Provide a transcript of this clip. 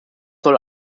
soll